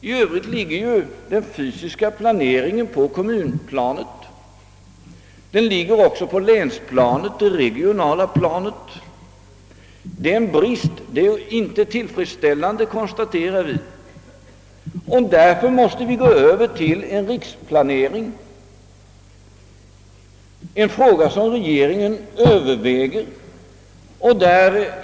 I övrigt handläggs den fysiska planeringen på kommunplanet och på länsplanet, d. v. s. det regionala planet. Detta är en brist. Vi har funnit att det inte är tillfredsställande, och vi bör därför övergå till en riksplanering, något som regeringen nu överväger.